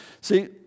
See